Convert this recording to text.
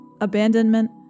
Abandonment